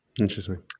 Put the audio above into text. interesting